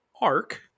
arc